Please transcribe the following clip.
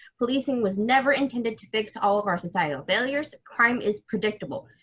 policing was never intended to fix all of our societal failures, crime is predictable.